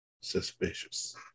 suspicious